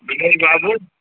Vinod Babu